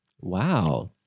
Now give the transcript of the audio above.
Wow